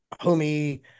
homie